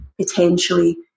potentially